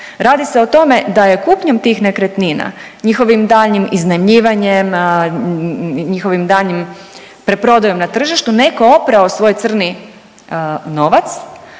radi se o tome da je kupnjom tih nekretnina, njihovim daljnjim iznajmljivanjem, njihovim daljnjim preprodajom na tržištu neko oprao svoj crni novac,